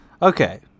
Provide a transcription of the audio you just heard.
Okay